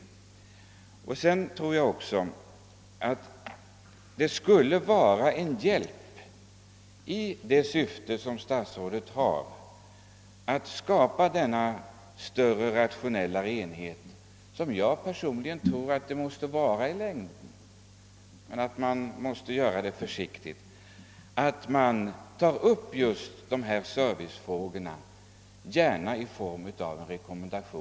Vidare tror jag att det skulle främja det syfte som statsrådet har att skapa denna större och rationellare enhet — som jag personligen tror blir nödvändig i längden men som bör åstadkommas med viss försiktighet — att man tar upp just servicefrågorna, gärna i form av en rekommendation.